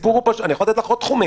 אני יכול לתת עוד דוגמאות לתחומים,